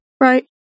Right